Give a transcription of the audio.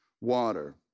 water